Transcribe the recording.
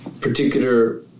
particular